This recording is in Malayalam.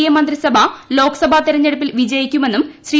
എ മന്ത്രിസഭ ലോക്സഭ തിരഞ്ഞെടുപ്പിൽ വിജയിക്കുമെന്നും ശ്രീ